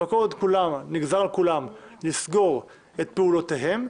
אבל כל עוד נגזר על כולם לסגור את פעולותיהם,